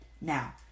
Now